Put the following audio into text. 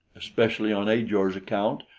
especially on ajor's account,